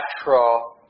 natural